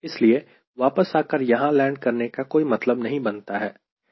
इसलिए वापस आकर यहां लैंड करने का कोई मतलब नहीं बनता है